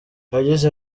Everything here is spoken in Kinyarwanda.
yagize